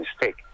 mistake